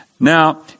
Now